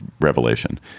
revelation